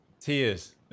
tears